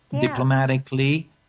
diplomatically